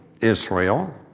Israel